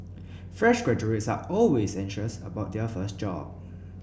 fresh graduates are always anxious about their first job